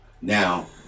Now